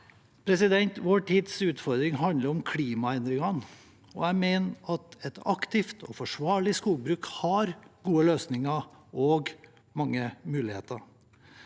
av skogen. Vår tids utfordringer handler om klimaendringene, og jeg mener et aktivt og forsvarlig skogbruk har gode løsninger og mange muligheter.